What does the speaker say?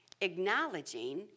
acknowledging